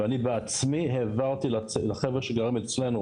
ואני בעצמי העברתי לחבר'ה שגרים אצלנו